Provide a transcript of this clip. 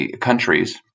countries